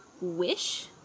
Wish